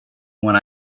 when